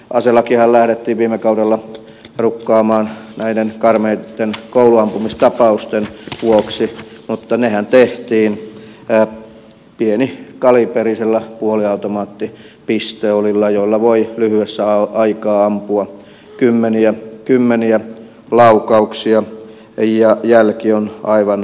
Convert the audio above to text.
aselakiahan lähdettiin viime kaudella rukkaamaan näiden karmeiden kouluampumistapausten vuoksi mutta nehän tehtiin pienikaliiperisella puoliautomaattipistoolilla jolla voi lyhyessä aikaa ampua kymmeniä kymmeniä laukauksia ja jälki on aivan karmeaa